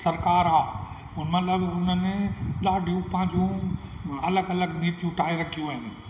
सरकार आहे मतिलबु उन्हनि ॾाढियूं पंहिंजूं अलॻि अलॻि नीतियूं ठाहे रखियूं आहिनि